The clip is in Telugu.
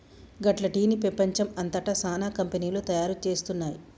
గట్ల టీ ని పెపంచం అంతట సానా కంపెనీలు తయారు చేస్తున్నాయి